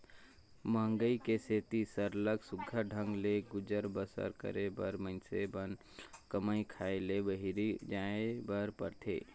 मंहगई के सेती सरलग सुग्घर ढंग ले गुजर बसर करे बर मइनसे मन ल कमाए खाए ले बाहिरे जाएच बर परथे